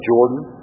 Jordan